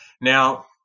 Now